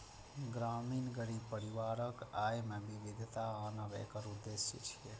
ग्रामीण गरीब परिवारक आय मे विविधता आनब एकर उद्देश्य छियै